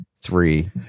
three